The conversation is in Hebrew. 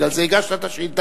בגלל זה הגשת את השאילתא,